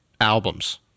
albums